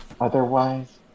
Otherwise